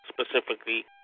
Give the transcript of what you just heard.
specifically